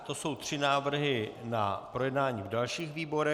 To jsou tři návrhy na projednání v dalších výborech.